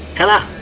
hello!